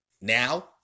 Now